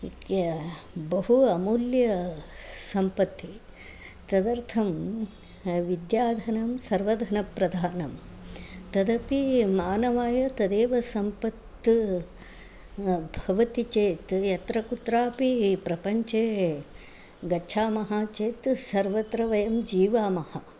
इति बहु अमूल्यसम्पत्तिः तदर्थं विद्याधनं सर्वधनप्रधानं तदपि मानवाय तदेव सम्पत्तिः भवति चेत् यत्र कुत्रापि प्रपञ्चे गच्छामः चेत् सर्वत्र वयं जीवामः